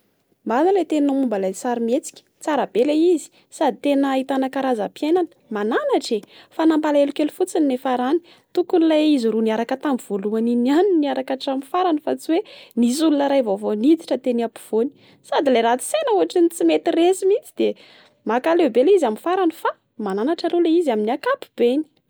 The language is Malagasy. Marina ny teninao momba ilay sarimietsika. Tsara be ilay izy sady tena ahitana karazam-piainana. Mananatra e! Fa nampalahelo kely fotsiny ny niafarany. Tokony ilay izy roa niaraka tamin'ny volohany iny ihany no niaraka hatramin'ny farany. Fa tsy hoe nisy olona iray vaovao niditra teny ampovoany. Sady ilay ratsy saina tsy mety resy mihitsy de mankaleo be le izy amin'ny farany. Fa mananatra aloha le izy amin'iny ankapobeany.